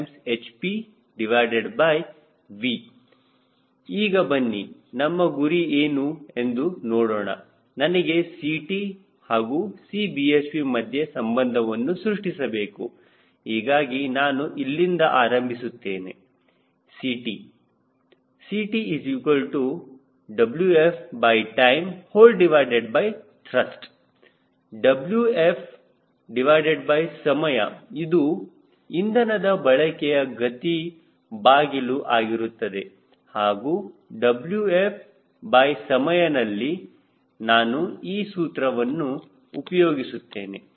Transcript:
Thrust550phpV ಈಗ ಬನ್ನಿ ನಮ್ಮ ಗುರಿ ಏನು ಎಂದು ನೋಡೋಣ ನನಗೆ Ct ಹಾಗೂ Cbhp ಮಧ್ಯೆ ಸಂಬಂಧವನ್ನು ಸೃಷ್ಟಿಸಬೇಕು ಹೀಗಾಗಿ ನಾನು ಇಲ್ಲಿಂದ ಆರಂಭಿಸುತ್ತೇನೆ Ct CtWftimeThrust Wf ಸಮಯ ಇದು ಇಂಧನದ ಬಳಕೆಯ ಗತಿ ಬಾಗಿಲು ಆಗಿರುತ್ತದೆ ಹಾಗೂ Wf ಸಮಯ ನಲ್ಲಿ ನಾನು ಈ ಸೂತ್ರವನ್ನು ಉಪಯೋಗಿಸುತ್ತೇನೆ